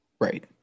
right